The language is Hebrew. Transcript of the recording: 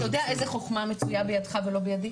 אתה יודע איזה חוכמה מצויה בידך ולא בידי?